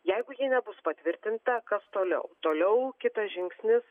jeigu ji nebus patvirtinta kas toliau toliau kitas žingsnis